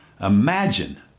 Imagine